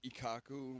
Ikaku